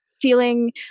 feeling